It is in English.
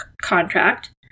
contract